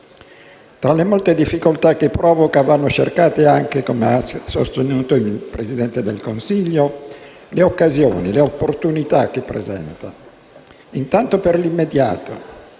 Tra le molte difficoltà che provoca, vanno cercate anche, come ha sostenuto il Presidente del Consiglio, le occasioni e le opportunità che presenta. Intanto, per l'immediato,